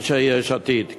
אנשי יש עתיד,